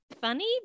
funny